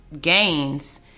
gains